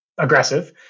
aggressive